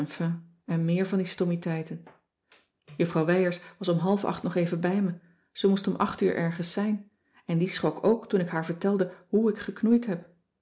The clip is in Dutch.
en meer van die stommiteiten juffrouw wijers was om half acht nog even bij me ze moest om acht uur ergens zijn en die schrok ook toen ik haar vertelde hoe ik geknoeid heb